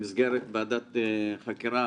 במסגרת ועדת חקירה